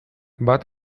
bat